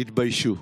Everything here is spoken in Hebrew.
תתביישו.